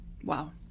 Wow